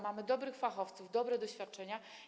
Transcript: Mamy dobrych fachowców, dobre doświadczenia.